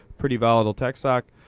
pretty volatile tech stock,